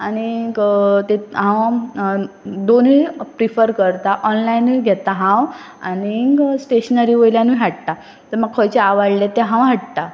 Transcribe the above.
आनीक ते हांव दोनूय प्रिफर करतां ऑनलायनूय घेता हांव आनीक स्टेशनरी वयल्यानूय हाडटा म्हाका खंयचे आवडलें तें हांव हाडटां